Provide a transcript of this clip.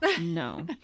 no